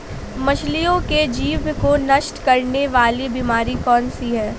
मछलियों के जीभ को नष्ट करने वाली बीमारी कौन सी है?